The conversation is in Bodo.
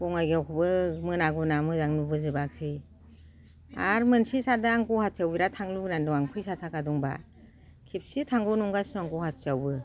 बङाइगावखौबो मोना गुना मोजां नुबोजोबाखिसै आरो मोनसे सान्दों आं गुवाहाटियाव बिराद थांनो लुबैनानै दं आं फैसा थाखा दंबा खेबसे थांगौ नंगासिनो दं गुवाहाटियावबो